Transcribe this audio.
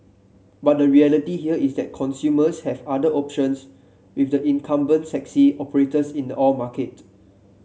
but the reality here is that consumers have other options with the incumbent sexy operators in the all market